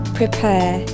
prepare